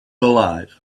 alive